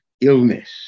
illness